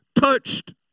touched